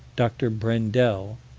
dr. brendel,